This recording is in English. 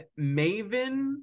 Maven